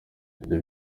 ibyo